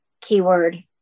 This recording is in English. Keyword